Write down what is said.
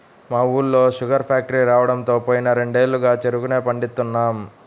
మా ఊళ్ళో sugar factory రాడంతో పోయిన రెండేళ్లుగా చెరుకునే పండిత్తన్నాం